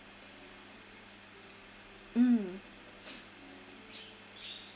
mm